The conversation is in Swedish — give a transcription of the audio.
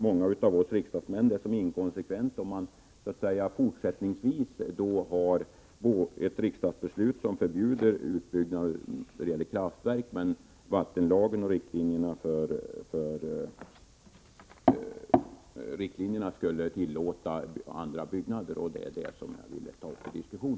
många av oss riksdagsmän — upplever det som inkonsekvent, om man fortsättningsvis tar ett riksdagsbeslut som förbjuder utbyggnad när det gäller kraftverk, medan vattenlagen och riktlinjerna skulle tillåta andra byggnader. Det var detta jag ville ta upp till diskussion.